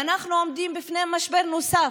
ואנחנו עומדים בפני משבר נוסף,